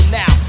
now